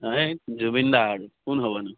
এই জুবিন দাৰ কোন হ'বনো